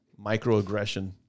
microaggression